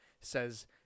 says